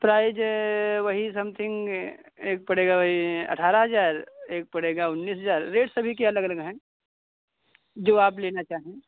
prize वही something एक पड़ेगा भाई अठारह हजार एक पड़ेगा उन्नीस हजार रेट सभी के अलग अलग हैं जो आप लेना चाहें